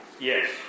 Yes